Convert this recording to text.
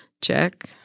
check